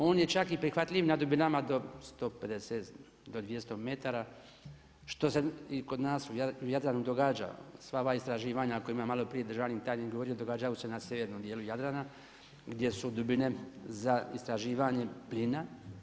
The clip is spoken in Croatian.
On je čak i prihvatljiv na dubinama do 150, do 200 metara, što se i kod nas u Jadranu događa, sva ova istraživanja o kojima je malo prije državni tajnik govorio, događaju se na sjevernom dijelu Jadrana gdje su dubine za istraživanje plina.